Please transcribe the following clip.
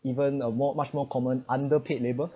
even a more much more common underpaid labour